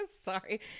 Sorry